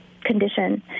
condition